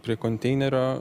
prie konteinerio